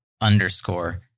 underscore